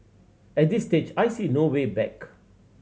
at this stage I see no way back